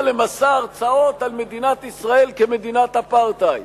למסע הרצאות על מדינת ישראל כמדינת אפרטהייד.